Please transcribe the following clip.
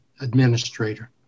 administrator